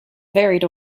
varied